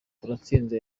turatsinze